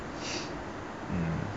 mm